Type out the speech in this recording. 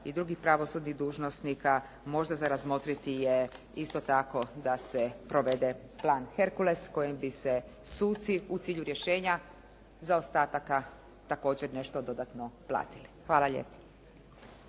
i drugih pravosudnih dužnosnika možda za razmotriti je isto tako da se provede plan "Herkules" kojim bi se suci u cilju rješenja zaostataka također nešto dodatno platili. Hvala lijepa.